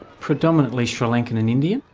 predominantly sri lankan and indian.